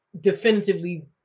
definitively